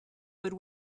would